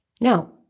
no